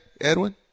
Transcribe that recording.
Edwin